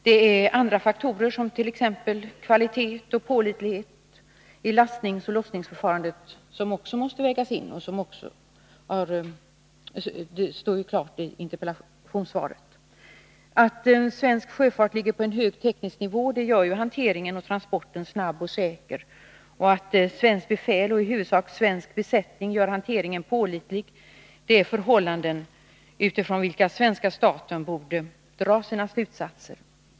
Det är andra faktorer, t.ex. kvalitet och pålitlighet i lastningsoch lossningsförfarandet som också måste vägasin Nr 91 — det står ju klart i interpellationssvaret. Det faktum att svensk sjöfart ligger Måndagen den på en hög teknisk nivå, vilket gör hanteringen och transporten snabb och 7 mars 1983 säker och att svenskt befäl och i huvudsak svensk besättning gör hanteringen pålitlig, är förhållanden utifrån vilka svenska staten borde dra sina slutsatser.